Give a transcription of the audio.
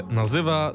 nazywa